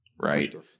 right